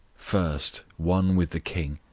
first, one with the king,